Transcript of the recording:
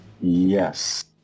yes